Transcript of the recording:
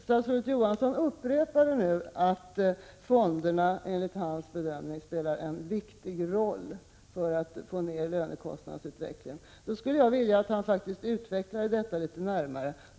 Statsrådet Johansson upprepade nu att fonderna enligt hans bedömning spelar en viktig roll för att få ner lönekostnaderna. Då skulle jag vilja att han utvecklade det resonemanget lite närmare.